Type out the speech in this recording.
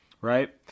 Right